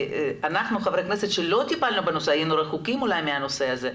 אנחנו חברי כנסת שלא טיפלנו בנושא היינו רחוקים אולי מהנושא הזה,